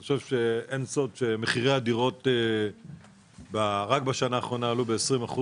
אני חושב שאין סוד שמחירי הדירות רק בשנה האחרונה עלו ב-20%,